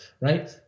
right